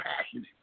passionate